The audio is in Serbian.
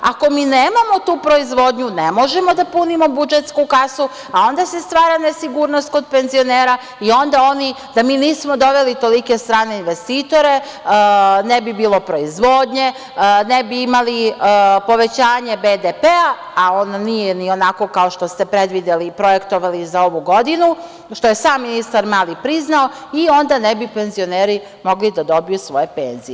Ako mi nemamo tu proizvodnju, ne možemo da punimo budžetsku kasu, a onda se stvara nesigurnost kod penzionera i onda oni, da mi nismo doveli tolike strane investitore, ne bi bilo proizvodnje, ne bi imali povećanje BDP, a on ni onako kao što ste predvideli i projektovali za ovu godinu, što je sam ministar Mali priznao, i onda ne bi penzioneri mogli da dobiju svoje penzije.